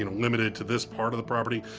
limited to this part of the property.